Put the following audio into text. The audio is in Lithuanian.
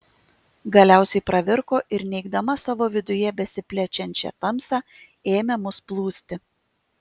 galiausiai pravirko ir neigdama savo viduje besiplečiančią tamsą ėmė mus plūsti